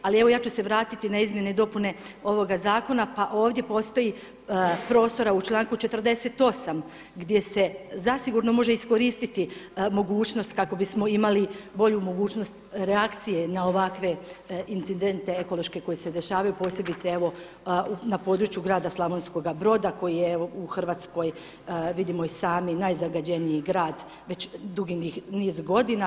Ali evo ja ću se vratiti na izmjene i dopune ovoga zakona pa ovdje postoji prostora u članku 48. gdje se zasigurno može iskoristiti mogućnost kako bismo imali bolju mogućnost reakcije na ovakve incidente ekološke koje se dešavaju, posebice na području grada Slavonskog Broda koji je u Hrvatskoj, vidimo i sami, najzagađeniji grad već dugi niz godina.